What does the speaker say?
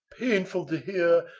painful to hear,